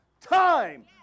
time